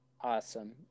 awesome